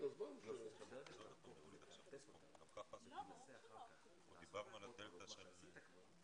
עוד מישהו רוצה להתייחס לפני שאנחנו מסיימים את הישיבה?